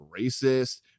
racist